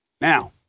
Now